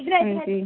ਹਾਂਜੀ